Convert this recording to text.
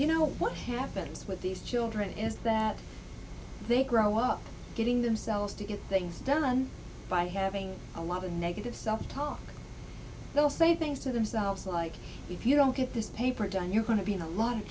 you know what happens with these children is that they grow up getting themselves to get things done by having a lot of negative self talk they'll say things to themselves like if you don't get this paper done you're going to be in a lot of